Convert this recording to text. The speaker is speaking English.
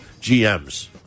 GMs